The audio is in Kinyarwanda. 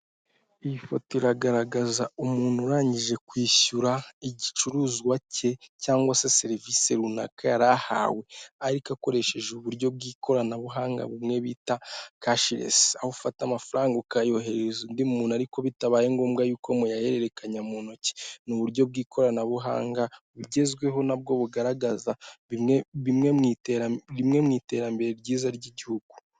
Iyi foto iragaragaza umuntu urangije kwishyura igicuruzwa cye, cyangwa serivisi runaka yarahawe, ariko akoresheje uburyo bw'ikoranabuhanga, bumwe bita kashilesi. Aho ufata amafaranga ukayoherereza undi muntu ariko bitabaye ngombwa yuko muyahererekanya mu ntoki, ni uburyo bw'ikoranabuhanga bugezweho nabwo bugaragaza bimwe bimwe mu bimwe mu iterambere ryiza ry'igihugu.